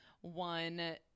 one